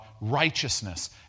righteousness